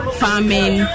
farming